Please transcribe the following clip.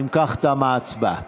אם כך, תמה ההצבעה.